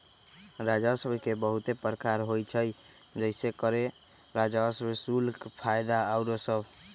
राजस्व के बहुते प्रकार होइ छइ जइसे करें राजस्व, शुल्क, फयदा आउरो सभ